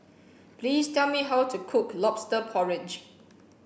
please tell me how to cook Lobster Porridge